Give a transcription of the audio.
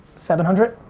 seven hundred?